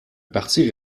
partie